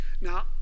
Now